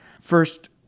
First